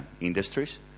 industries